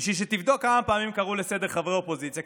בשביל שתבדוק כמה פעמים קראו לסדר חברי אופוזיציה,